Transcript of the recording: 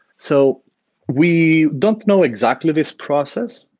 so we don't know exactly this process.